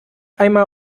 einmal